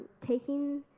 taking